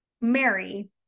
Mary